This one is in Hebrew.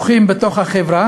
יחד עם חברי